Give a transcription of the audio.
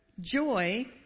Joy